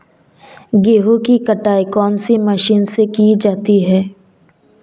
गेहूँ की कटाई कौनसी मशीन से की जाती है?